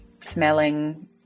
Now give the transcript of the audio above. smelling